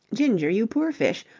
ginger, you poor fish,